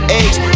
eggs